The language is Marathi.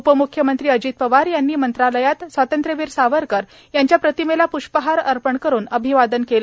उपमूख्यमंत्री अजित पवार यांनी मंत्रालयात स्वातंत्र्यवीर सावरकर यांच्या प्रतिमेला प्ष्पहार अर्पण करुन अभिवादन केले